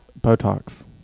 Botox